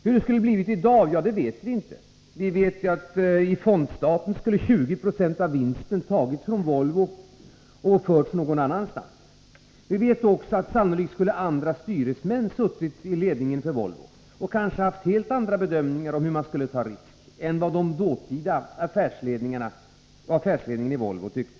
Hur det skulle ha varit i dag vet vi inte. Vi vet att i fondstaten skulle 20 96 av vinsten ha tagits från Volvo och förts någon annanstans. Sannolikt skulle också andra styresmän ha suttit i ledningen för Volvo och kanske haft helt andra bedömningar om hur man borde ta risker än vad den dåtida affärsledningen i Volvo tyckte.